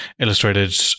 illustrated